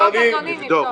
נבדוק.